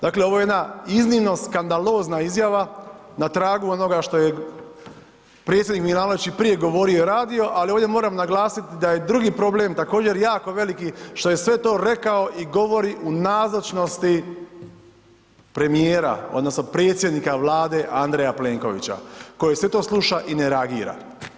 Dakle ovo je jedna iznimno skandalozna izjava na tragu onoga što je predsjednik Milanović i prije govorio i radio, ali ovdje moram naglasiti da je drugi problem također, jako veliki, što je sve to rekao i govori u nazočnosti premijera, odnosno predsjednika Vlade Andreja Plenkovića koji sve to sluša i ne reagira.